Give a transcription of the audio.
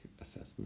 assessment